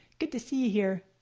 good to see you here.